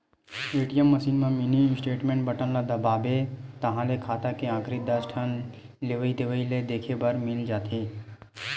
ATM machine म mini statement button ल दबाबे ताहाँले खाता के आखरी दस ठन लेवइ देवइ ल देखे बर मिल जाथे